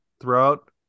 throughout